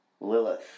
Lilith